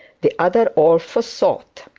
the other all for thought.